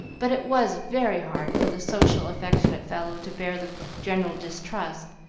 but it was very hard for the social, affectionate fellow to bear the general distrust,